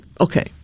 okay